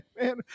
man